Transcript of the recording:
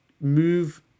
move